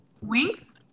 Wings